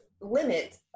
Limit